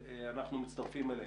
אנחנו מצטרפים אליהם.